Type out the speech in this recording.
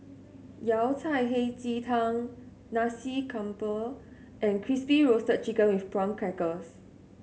Yao Cai Hei Ji Tang Nasi Campur and Crispy Roasted Chicken with Prawn Crackers